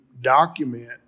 document